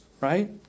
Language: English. Right